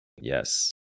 Yes